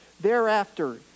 Thereafter